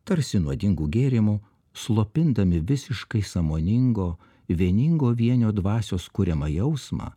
tarsi nuodingu gėrimu slopindami visiškai sąmoningo vieningo vienio dvasios kuriamą jausmą